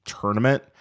tournament